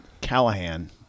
Callahan